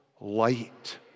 light